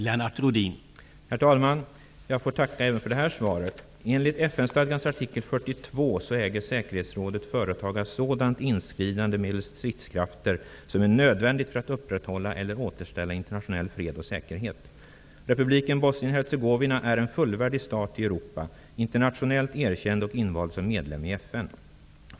Herr talman! Jag får tacka även för detta svar. Enligt FN-stadgans artikel 42 äger säkerhetsrådet företaga sådant inskridande medelst stridskrafter, som är nödvändigt för att uprätthålla eller återställa internationell fred och säkerhet. Republiken Bosnien-Hercegovina är en fullvärdig stat i Europa, internationellt erkänd och invald som medlem i FN.